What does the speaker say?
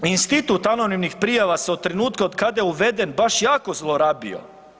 Institut anonimnih prijava se od trenutka od kada je uveden baš jako zlorabio.